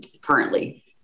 currently